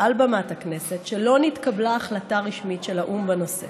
מעל במת הכנסת שלא נתקבלה החלטה רשמית של האו"ם בנושא.